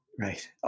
right